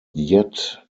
yet